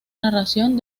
narración